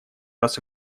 раз